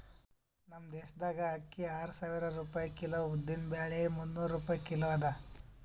ನಮ್ ದೇಶದಾಗ್ ಅಕ್ಕಿ ಆರು ಸಾವಿರ ರೂಪಾಯಿ ಕಿಲೋ, ಉದ್ದಿನ ಬ್ಯಾಳಿ ಮುನ್ನೂರ್ ರೂಪಾಯಿ ಕಿಲೋ ಅದಾ